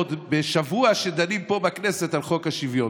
ועוד בשבוע שדנים פה בכנסת על חוק השוויון?